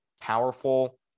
powerful